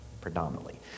predominantly